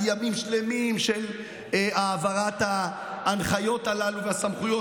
ימים שלמים של העברת ההנחיות הללו והסמכויות.